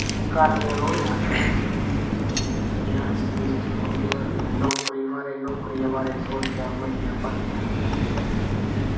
कटरे रौह्ने आह्ले आं अस ते रेआसी डिस्ट्रिक पौंदी साढ़ी ते नौकरी माराज नौकरी दे बारे सोचेआ मरी गेआ भर्तियां दिक्खी दिक्खी